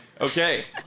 Okay